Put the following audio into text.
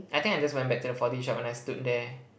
I think I just went back to the four D shop when I stood there